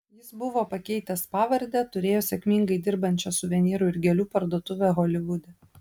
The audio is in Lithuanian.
jis buvo pakeitęs pavardę turėjo sėkmingai dirbančią suvenyrų ir gėlių parduotuvę holivude